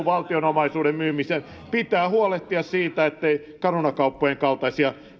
valtion omaisuuden myymiseen pitää huolehtia siitä etteivät caruna kauppojen kaltaiset